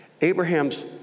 Abraham's